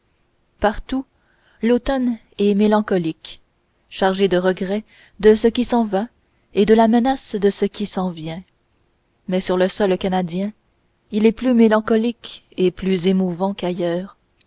partout l'automne est mélancolique chargé du regret de ce qui s'en va et de la menace de ce qui s'en vient mais sur le sol canadien il est plus mélancolique et plus émouvant qu'ailleurs